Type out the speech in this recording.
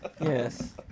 Yes